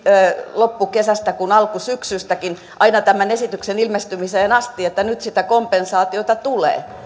loppukesästä kuin alkusyksystäkin aina tämän esityksen ilmestymiseen asti että nyt sitä kompensaatiota tulee